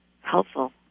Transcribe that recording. helpful